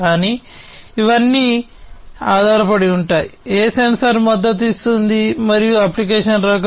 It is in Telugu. కానీ ఇవన్నీ ఆధారపడి ఉంటాయి ఏ సెన్సార్ మద్దతు ఇస్తుంది మరియు అప్లికేషన్ రకం